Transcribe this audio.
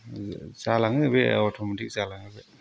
जालाङो बे अट'मेतिक जालाङो बे